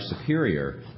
superior